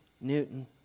Newton